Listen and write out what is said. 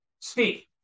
Speak